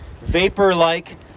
vapor-like